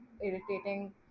irritating